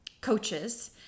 coaches